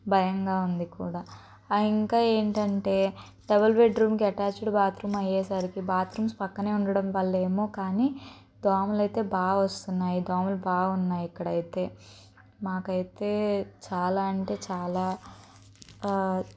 భయంగా ఉంది కూడా ఇంకా ఏంటంటే డబల్ బెడ్ రూమ్కి అటాచ్డ్ బాత్రూమ్ అయ్యేసరికి బాత్రూమ్స్ పక్కనే ఉండడం వల్ల ఏమో కానీ దోమలు అయితే బాగా వస్తున్నాయి దోమలు బాగున్నాయి ఇక్కడైతే నాకైతే చాలా అంటే చాలా